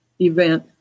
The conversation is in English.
event